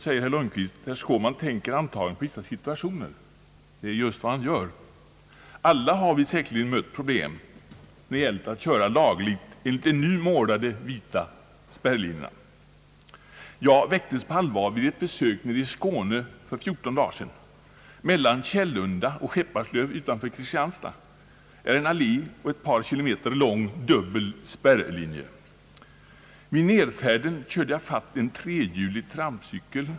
»Herr Skårman tänker antagligen på vissa situationer», säger statsrådet. Det är just vad jag gör. Alla har vi säkerligen mött problem, när det gällt att köra lagligt enligt de nu målade vita spärrlinjerna. Jag väcktes på allvar vid ett besök i Skåne för 14 dagar sedan. Mellan Källunda och Skepparslöv utanför Kristianstad finns en allé och en ett par kilometer lång dubbel spärrlinje. Vid nerfärden körde jag ifatt en trehjulig trampecykel.